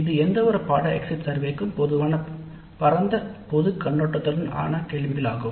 இது எந்தவொரு பாடநெறி எக்ஸிட் சர்வே முறைக்கும் பொதுவான கேள்வி முறையாகும்